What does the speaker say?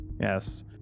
yes